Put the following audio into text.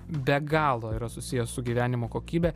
be galo yra susijęs su gyvenimo kokybe